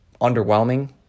underwhelming